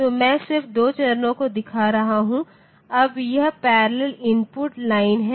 तो मैं सिर्फ 2 चरणों को दिखा रहा हूं अब यह पैरेलल इनपुट लाइन है